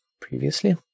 previously